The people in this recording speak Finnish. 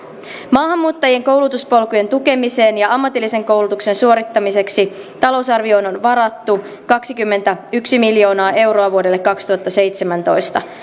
maahanmuuttajien koulutuspolkujen tukemiseen ja ammatillisen koulutuksen suorittamiseksi talousarvioon on varattu kaksikymmentäyksi miljoonaa euroa vuodelle kaksituhattaseitsemäntoista